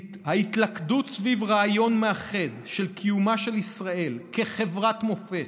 ההתלכדות סביב רעיון מאחד של קיומה של ישראל כחברת מופת,